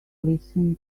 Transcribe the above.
listen